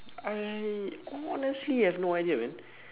I honestly have no idea man